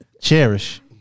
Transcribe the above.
Cherish